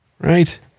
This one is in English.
Right